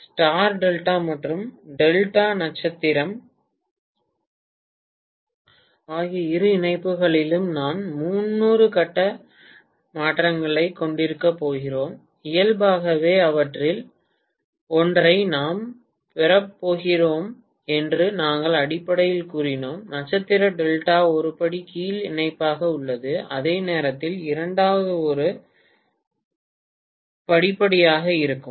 star delta மற்றும் delta நட்சத்திரம் ஆகிய இரு இணைப்புகளிலும் நாம் 300 கட்ட மாற்றங்களைக் கொண்டிருக்கப் போகிறோம் இயல்பாகவே அவற்றில் ஒன்றை நாம் பெறப்போகிறோம் என்று நாங்கள் அடிப்படையில் கூறினோம் நட்சத்திர டெல்டா ஒரு படி கீழ் இணைப்பாக உள்ளது அதே நேரத்தில் இரண்டாவது ஒரு போகிறது படிப்படியாக இருக்க வேண்டும்